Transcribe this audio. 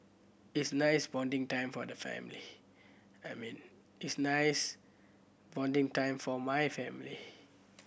is nice bonding time for the family I mean is nice bonding time for my family